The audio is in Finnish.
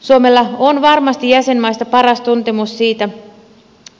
suomella on varmasti jäsenmaista paras tuntemus siitä